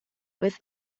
with